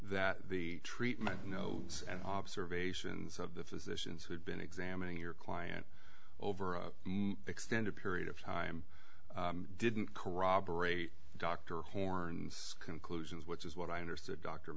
that the treatment and observations of the physicians who'd been examining your client over a extended period of time didn't corroborate dr horn's conclusions which is what i understood d